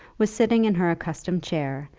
was sitting in her accustomed chair,